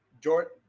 jordan